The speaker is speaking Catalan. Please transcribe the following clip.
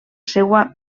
seua